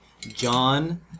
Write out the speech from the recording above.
John